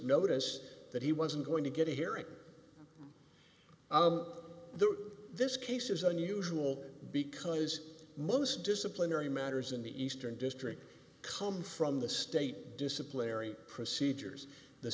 notice that he wasn't going to get a hearing though this case is unusual because most disciplinary matters in the eastern district come from the state disciplinary procedures the